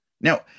Now